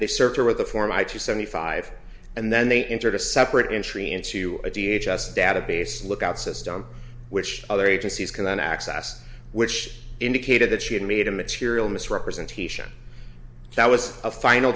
with the form i to seventy five and then they entered a separate entry into a d h s database lookout system which other agencies can access which indicated that she had made a material misrepresentation that was a final